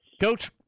Coach